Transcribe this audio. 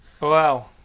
wow